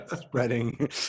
spreading